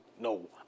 no